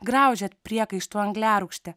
graužiat priekaištų angliarūgšte